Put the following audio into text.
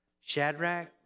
Shadrach